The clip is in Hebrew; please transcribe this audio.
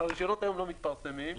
הרישיונות היום לא מתפרסמים.